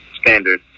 standard